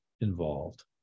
involved